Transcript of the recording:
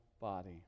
body